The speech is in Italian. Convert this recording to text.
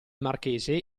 marchese